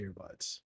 earbuds